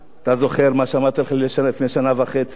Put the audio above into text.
אתה זוכר מה שאמרתי לך לפני שנה וחצי,